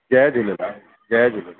जय झूलेलाल जय झूलेलाल